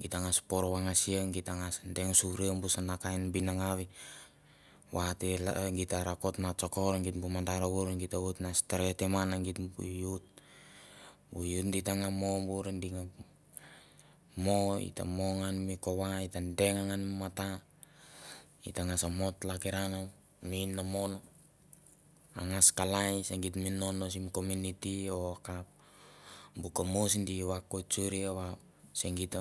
ita gnas por vangasia geit ta ngas deng suria bu sana kain binangau va ta la git ta rakot ma tsokor geit bu mandar vour geit ta oit na steretim ngan e geit bu youth. bu youth git ta nga mo bur di nga mo ita mo ngan mi kova ita deng ngan mi matam ita ngas mo tlakiran mi inamon a ngas kalai se geit mi nono simi komuniti o kap. Bu kamois gi vakoit suri va se geit